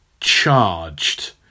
Charged